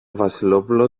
βασιλόπουλο